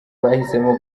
bahisemo